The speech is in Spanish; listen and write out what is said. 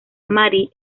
marie